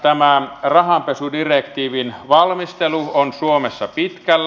tämä rahanpesudirektiivin valmistelu on suomessa pitkällä